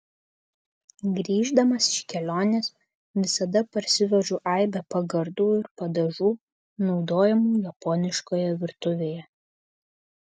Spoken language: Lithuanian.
grįždamas iš kelionės visada parsivežu aibę pagardų ir padažų naudojamų japoniškoje virtuvėje